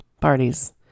parties